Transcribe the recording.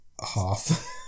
half